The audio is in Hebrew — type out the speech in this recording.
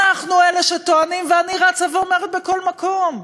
אנחנו אלה שטוענים, ואני רצה ואומרת בכל מקום: